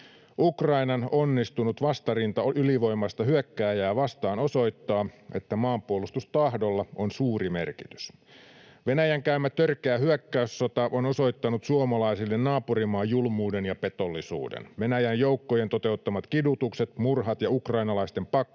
Ukrainan onnistunut vastarinta ylivoimaista hyökkääjää vastaan osoittaa, että maanpuolustustahdolla on suuri merkitys. Venäjän käymä törkeä hyökkäyssota on osoittanut suomalaisille naapurimaan julmuuden ja petollisuuden. Venäjän joukkojen toteuttamat kidutukset, murhat ja ukrainalaisten pakkosiirrot